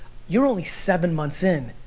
you're only seven months in,